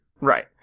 Right